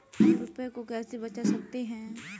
हम रुपये को कैसे बचा सकते हैं?